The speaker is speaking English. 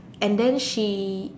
and then she